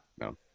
no